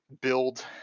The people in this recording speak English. build